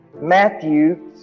Matthew